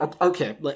Okay